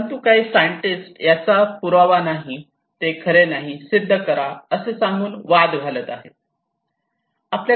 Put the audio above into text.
परंतु काही सायंटिस्ट याचा पुरावा नाही ते खरे नाही हे सिद्ध करा असे सांगून वाद घालत आहेत